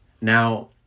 Now